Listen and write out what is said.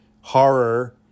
horror